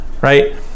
Right